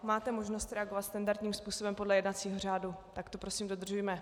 Máte možnost reagovat standardním způsobem podle jednacího řádu, tak to prosím dodržujme.